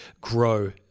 grow